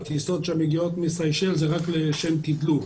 הכניסות שמגיעות מסיישל זה רק לשם תדלוק.